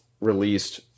released